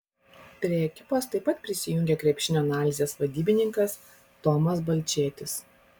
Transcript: prie ekipos taip pat prisijungė krepšinio analizės vadybininkas tomas balčėtis